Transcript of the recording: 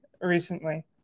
recently